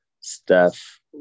Steph